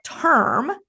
term